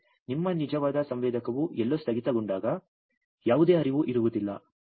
ಆದರೆ ನಿಮ್ಮ ನಿಜವಾದ ಸಂವೇದಕವು ಎಲ್ಲೋ ಸ್ಥಗಿತಗೊಂಡಾಗ ಯಾವುದೇ ಹರಿವು ಇರುವುದಿಲ್ಲ